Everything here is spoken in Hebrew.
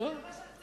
זה לא מה שאתם